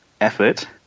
effort